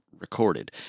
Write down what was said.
Recorded